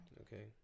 Okay